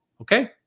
Okay